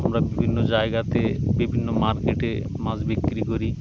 আমরা বিভিন্ন জায়গাতে বিভিন্ন মার্কেটে মাছ বিক্রি করি